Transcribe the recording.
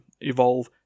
evolve